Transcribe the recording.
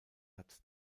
hat